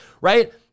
right